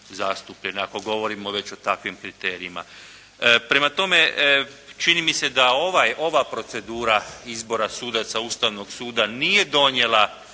zastupljene, ako govorimo već o takvim kriterijima. Prema tome, čini mi se da ova procedura izbora sudaca Ustavnog suda nije donijela